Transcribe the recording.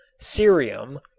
cerium,